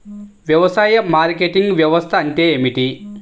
వ్యవసాయ మార్కెటింగ్ వ్యవస్థ అంటే ఏమిటి?